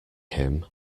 him